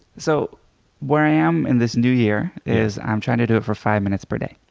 so where i am in this new year is i'm trying to do it for five minutes per day.